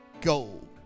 gold